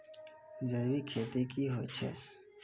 जैविक खेती की होय छै?